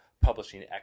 publishing